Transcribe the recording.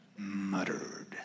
muttered